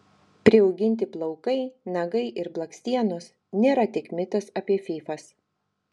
priauginti plaukai nagai ir blakstienos nėra tik mitas apie fyfas